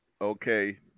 Okay